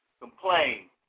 complain